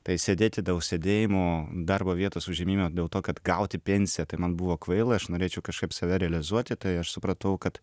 tai sėdėti daug sėdėjimo darbo vietos užėmimo dėl to kad gauti pensiją tai man buvo kvaila aš norėčiau kažkaip save realizuoti tai aš supratau kad